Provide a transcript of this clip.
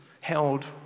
held